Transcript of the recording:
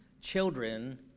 children